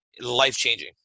life-changing